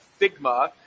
Figma